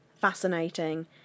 fascinating